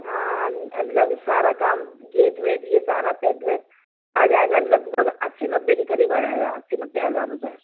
ہاں لگ سارا کام گیٹ ویٹ یہ سارا سیٹ ویٹ آ جائے گا لگبھگ اسّی نبے کے قریب آ جائے گا اسی نبے ہزار روپئے